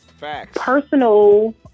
personal